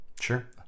Sure